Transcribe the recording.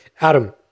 Adam